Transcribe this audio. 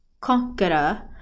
conqueror